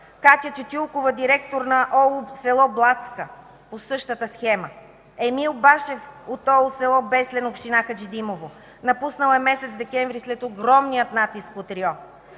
Катя Тютюлкова, директор на ОУ в село Блатска, по същата схема. Емил Башев от ОУ в село Беслен, община Хаджидимово. Напуснал е месец декември след огромния натиск от РИО.